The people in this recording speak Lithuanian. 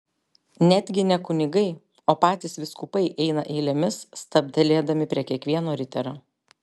netgi ne kunigai o patys vyskupai eina eilėmis stabtelėdami prie kiekvieno riterio